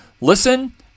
listen